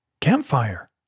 Campfire